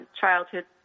childhood